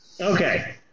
Okay